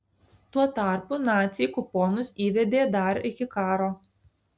tuo tarpu naciai kuponus įvedė dar iki karo